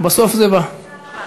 בסוף זה בא.